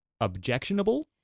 objectionable